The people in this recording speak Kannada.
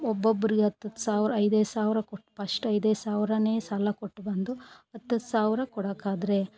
ಒಬ್ಬೊಬ್ಬರಿಗೆ ಹತ್ತತ್ತು ಸಾವಿರ ಐದೈದು ಸಾವಿರ ಕೊಟ್ಟು ಪಸ್ಟ್ ಐದೈದು ಸಾವಿರ ಸಾಲ ಕೊಟ್ಬಂದು ಹತ್ತತ್ತು ಸಾವಿರ ಕೊಡೊಕ್ಕಾದ್ರೆ